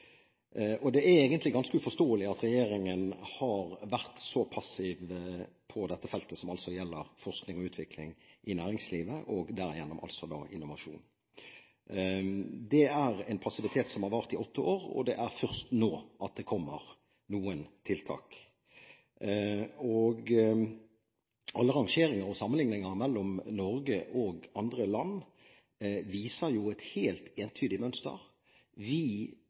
Det er egentlig ganske uforståelig at regjeringen har vært så passiv på dette feltet, som altså gjelder forskning og utvikling i næringslivet og derigjennom innovasjon. Det er en passivitet som har vart i åtte år. Det er først nå det kommer noen tiltak. Alle rangeringer og sammenlikninger mellom Norge og andre land viser jo et helt entydig mønster. Vi